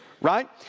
right